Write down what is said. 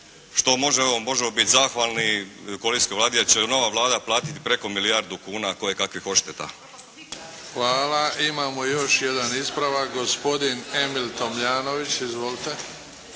predmeta što možemo biti zahvalni koalicijskoj Vladi, jer će nova Vlada platiti preko milijardu kuna kojekakvih odšteta. **Bebić, Luka (HDZ)** Hvala. Imamo još jedan ispravak. Gospodin Emil Tomljanović. Izvolite.